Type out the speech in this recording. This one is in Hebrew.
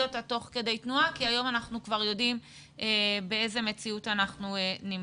אותה תוך כדי תנועה כי היום אנחנו כבר יודעים באיזו מציאות אנחנו נמצאים.